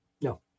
No